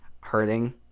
hurting